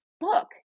book